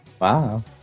Wow